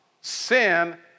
sin